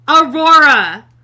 Aurora